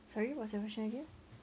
sorry what's your question again